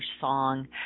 song